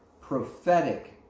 prophetic